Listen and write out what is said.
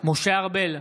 משה ארבל,